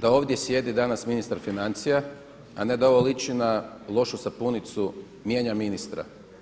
da ovdje sjedi danas ministar financija, a ne da ovo liči na lošu sapunicu mijenjam ministra.